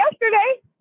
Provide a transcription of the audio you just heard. yesterday